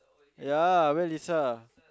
ya where Lisa